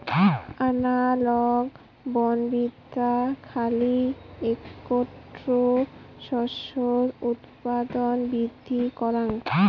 analogue বনবিদ্যা খালি এ্যাকটো শস্যের উৎপাদন বৃদ্ধি করাং